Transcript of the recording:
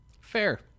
Fair